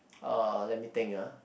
uh let me think ah